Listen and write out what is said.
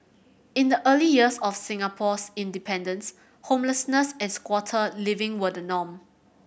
in the early years of Singapore's independence homelessness and squatter living were the norm